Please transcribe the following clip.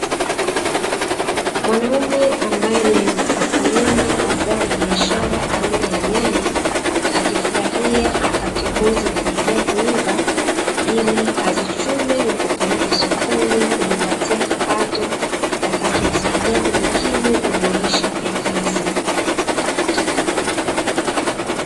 Mwanaume ambae ni mkulima wa zao la biashara aina ya nyanya akifurahia wakati huu zikikaribia kuiva, ili azichume na kupelekja sokoni kujipatia kipato kitakachomsaidia kujikimu na maisha ya kilasiku.